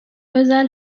özel